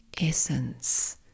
essence